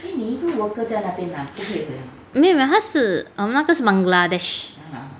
没有啦他是 um 那是 bangladesh